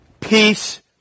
Peace